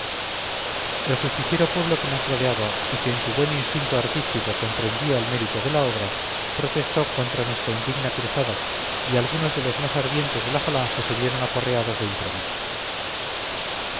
el justiciero pueblo que nos rodeaba y que en su buen instinto artístico comprendía el mérito de la obra protestó contra nuestra indigna cruzada y algunos de los más ardientes de la falange se vieron aporreados de improviso